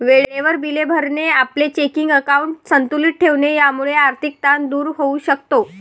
वेळेवर बिले भरणे, आपले चेकिंग अकाउंट संतुलित ठेवणे यामुळे आर्थिक ताण दूर होऊ शकतो